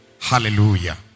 Hallelujah